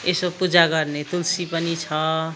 यसो पूजा गर्ने तुलसी पनि छ